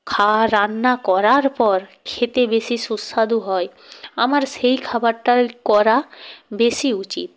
খাওয়া রান্না করার পর খেতে বেশি সুস্বাদু হয় আমার সেই খাবারটাই করা বেশি উচিত